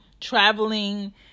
traveling